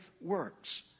works